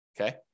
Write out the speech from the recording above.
okay